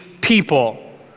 people